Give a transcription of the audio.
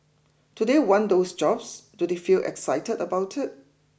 do they want those jobs do they feel excited about it